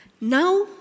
Now